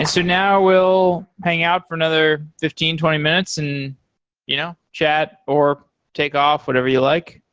and so now we'll hang out for another fifteen, twenty minutes and you know chat or take off whatever you like.